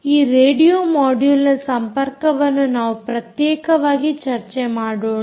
ಈ radio module ನ ಸಂಪರ್ಕವನ್ನು ನಾವು ಪ್ರತ್ಯೇಕವಾಗಿ ಚರ್ಚೆ ಮಾಡೋಣ